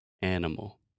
Animal